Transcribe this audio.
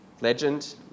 legend